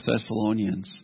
Thessalonians